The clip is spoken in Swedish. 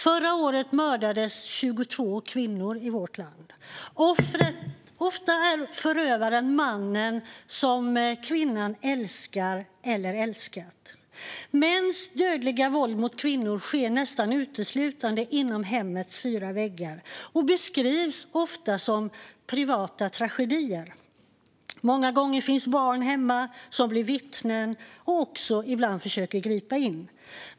Förra året mördades 22 kvinnor i vårt land. Ofta är förövaren mannen som kvinnan älskar eller har älskat. Mäns dödliga våld mot kvinnor sker nästan uteslutande inom hemmets fyra väggar och beskrivs ofta som privata tragedier. Många gånger finns barn hemma som blir vittnen och som ibland också försöker att gripa in.